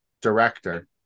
director